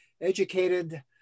educated